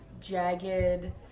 jagged